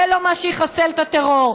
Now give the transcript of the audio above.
זה לא מה שיחסל את הטרור.